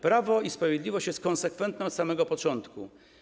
Prawo i Sprawiedliwość jest konsekwentne od samego początku.